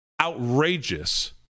outrageous